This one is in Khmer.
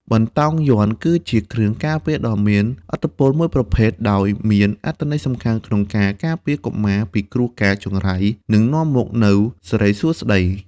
បន្តោងយ័ន្ត គឺជាគ្រឿងការពារដ៏មានឥទ្ធិពលមួយប្រភេទដោយមានអត្ថន័យសំខាន់ក្នុងការ ការពារ កុមារពីគ្រោះកាចចង្រៃ និងនាំមកនូវសិរីសួស្តី។